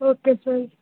okay sir